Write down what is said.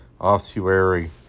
ossuary